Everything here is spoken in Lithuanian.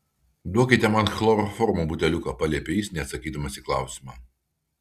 duokite man chloroformo buteliuką paliepė jis neatsakydamas į klausimą